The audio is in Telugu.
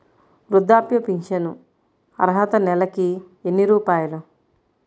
వృద్ధాప్య ఫింఛను అర్హత నెలకి ఎన్ని రూపాయలు?